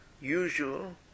usual